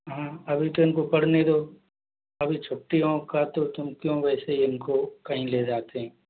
हाँ अभी तो इनको पढ़ने दो अभी छुट्टियों का तो तुम क्यों वैसे इनको कहीं ले जाके